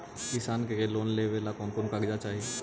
किसान के लोन लेने ला कोन कोन कागजात चाही?